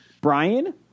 Brian